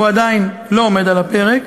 והוא עדיין לא עומד על הפרק,